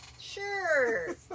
Sure